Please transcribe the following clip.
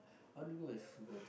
want to go where go to